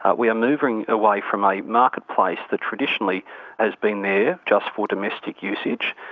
ah we are moving away from a marketplace that traditionally has been there just for domestic usage,